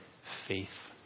faith